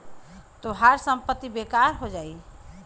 तोहार संपत्ति बेकार हो जाई